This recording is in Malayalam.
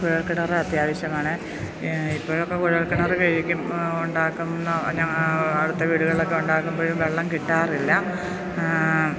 കുഴൽക്കിണര് അത്യാവശ്യമാണ് ഇപ്പോഴൊക്കെ കുഴൽക്കിണര് ഉണ്ടാക്കുന്ന അടുത്ത വീടുകളിലൊക്കെ ഉണ്ടാക്കുമ്പോഴും വെള്ളം കിട്ടാറില്ല